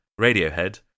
Radiohead